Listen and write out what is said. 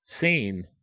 seen